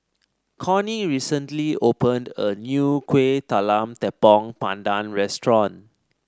Connie recently opened a new Kuih Talam Tepong Pandan Restaurant